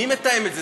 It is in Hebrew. מי מתאם את זה?